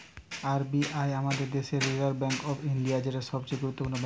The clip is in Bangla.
আর বি আই আমাদের দেশের রিসার্ভ বেঙ্ক অফ ইন্ডিয়া, যেটা সবচে গুরুত্বপূর্ণ ব্যাঙ্ক